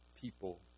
people